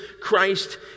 christ